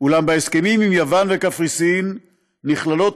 אולם בהסכמים עם יוון וקפריסין נכללות